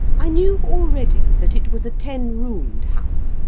i knew already that it was a ten-roomed house,